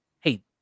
hey